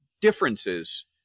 differences